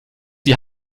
die